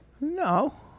No